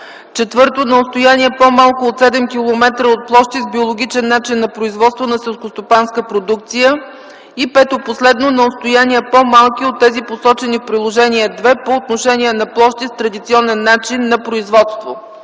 4. на отстояние по-малко от 7 км от площи с биологичен начин на производство на селскостопанска продукция; 5. на отстояния по-малки от тези, посочени в Приложение 2, по отношение на площи с традиционен начин на производство.”